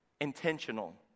intentional